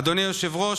אדוני היושב-ראש,